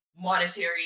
monetary